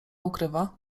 ukrywa